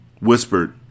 Whispered